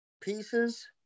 pieces